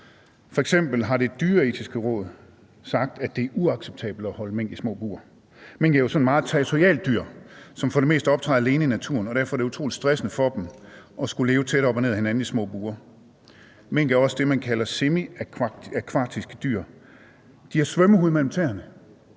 har Det Dyreetiske Råd sagt, at det er uacceptabelt at holde mink i små bure. Mink er jo sådan et meget territorialt dyr, som for det meste optræder alene i naturen, og derfor er det utrolig stressende for dem at skulle leve tæt op og ned ad hinanden i små bure. Mink er også det, man kalder semiakvatiske dyr. De har svømmehud mellem tæerne,